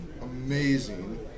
amazing